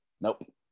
Nope